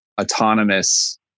autonomous